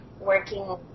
working